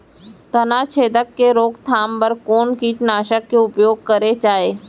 तनाछेदक के रोकथाम बर कोन कीटनाशक के उपयोग करे जाये?